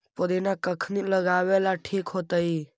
पुदिना कखिनी लगावेला ठिक होतइ?